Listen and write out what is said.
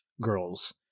girls